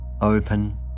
Open